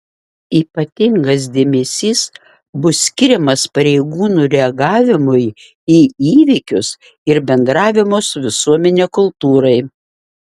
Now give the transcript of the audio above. ypatingas dėmesys bus skiriamas pareigūnų reagavimui į įvykius ir bendravimo su visuomene kultūrai